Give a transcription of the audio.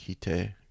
Kite